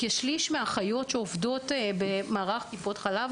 כשליש מהאחיות שעובדות במערך טיפות החלב